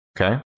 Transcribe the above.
okay